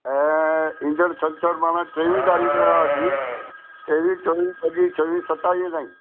ऐं ईंदड़ु छंछरु माने टेवीह तारीख़ खां वठी टेवीह चोवीह पंजीह छवीह सतावीह ताईं